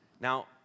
Now